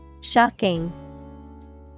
Shocking